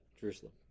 Jerusalem